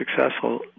successful